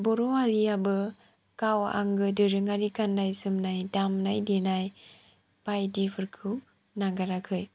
बर'हारियाबो गाव आंगो दोरोङारि गाननाय जोमनाय दामनाय देनाय बायदिफोरखौ नागाराखै